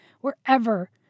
wherever